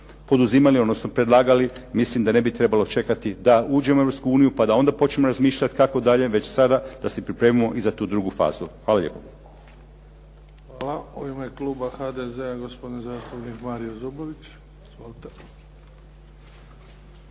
poduzimali odnosno predlagali, mislim da ne bi trebalo čekati da uđemo u Europsku uniju, pa da onda počnemo razmišljati kako dalje, već sada da se pripremimo i za tu drugu fazu. Hvala lijepo. **Bebić, Luka (HDZ)** Hvala. U ime kluba HDZ-a, gospodin zastupnik Mario Zubović. Izvolite.